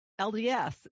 LDS